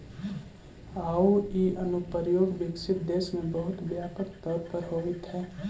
आउ इ अनुप्रयोग विकसित देश में बहुत व्यापक तौर पर होवित हइ